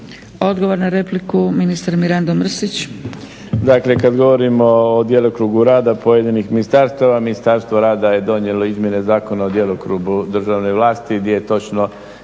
Odgovor na repliku, ministar Mirando Mrsić.